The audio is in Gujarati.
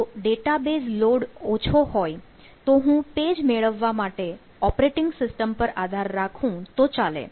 જો ડેટાબેઝ લોડ ઓછો હોય તો હું પેજ મેળવવા માટે ઓપરેટિંગ સિસ્ટમ પર આધાર રાખું તો ચાલે